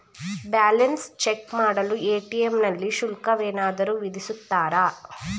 Balance check ಮಾಡಲು ATM ನಲ್ಲಿ ಶುಲ್ಕವೇನಾದರೂ ವಿಧಿಸುತ್ತಾರಾ?